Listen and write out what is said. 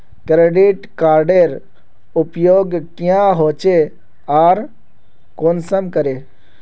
Credit कार्डेर उपयोग क्याँ होचे आर कुंसम करे?